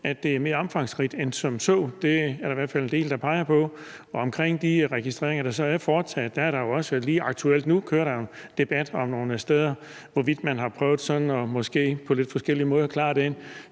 at det er mere omfangsrigt end som så. Det er der i hvert fald en del der peger på. Omkring de registreringer, der så er foretaget, kører der jo lige aktuelt også en debat hvorvidt man nogle steder måske på sådan lidt forskellige måder har prøvet at